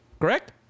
Correct